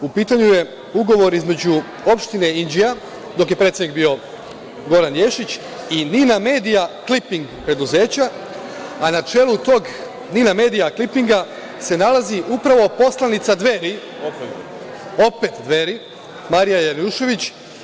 U pitanju je ugovor između opštine Inđija, dok je predsednik bio Goran Ješić, i „Ninamedia kliping“ preduzeća, a na čelu tog „Ninamedia klipinga“ se nalazi upravo poslanica Dveri, opet Dveri, Marija Janjušević.